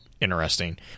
interesting